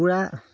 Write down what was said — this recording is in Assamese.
পুৰা